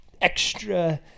extra